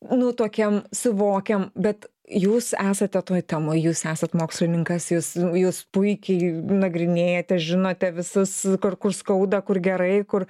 nutuokiam suvokiam bet jūs esate toj temoj jūs esat mokslininkas jūs jūs puikiai nagrinėjate žinote visus kur kur skauda kur gerai kur